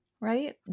right